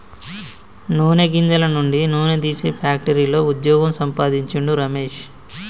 నూనె గింజల నుండి నూనె తీసే ఫ్యాక్టరీలో వుద్యోగం సంపాందించిండు రమేష్